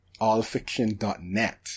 allfiction.net